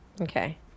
Okay